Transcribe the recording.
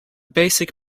basic